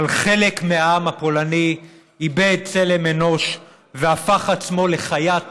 אבל חלק מהעם הפולני איבד צלם אנוש והפך עצמו לחיית טרף,